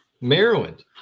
Maryland